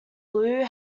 blue